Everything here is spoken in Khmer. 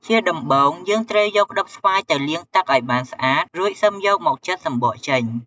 ជាដំបូង យើងត្រូវយកក្តិបស្វាយទៅលាងទឹកឱ្យបានស្អាត រួចសឹមយកមកចិត សំបកចេញ។